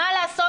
מה לעשות,